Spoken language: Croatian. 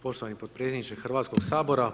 Poštovani potpredsjedniče Hrvatskog sabora.